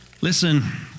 Listen